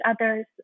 other's